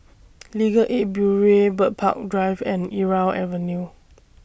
Legal Aid Bureau Bird Park Drive and Irau Avenue